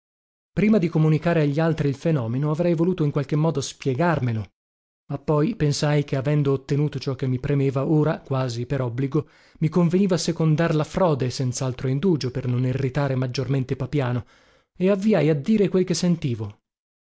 prima di comunicare a gli altri il fenomeno avrei voluto in qualche modo spiegarmelo ma poi pensai che avendo ottenuto ciò che mi premeva ora quasi per obbligo mi conveniva secondar la frode senzaltro indugio per non irritare maggiormente papiano e avviai a dire quel che sentivo